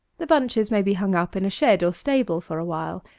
the bunches may be hung up in a shed or stable for a while,